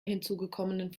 hinzugekommenen